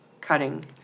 cutting